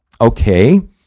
okay